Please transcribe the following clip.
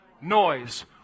noise